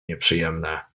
nieprzyjemne